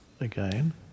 again